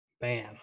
Bam